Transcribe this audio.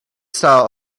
style